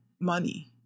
money